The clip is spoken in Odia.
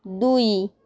ଦୁଇ